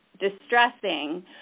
distressing